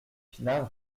pinard